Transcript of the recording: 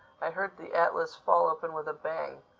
i heard the atlas fall open with a bang.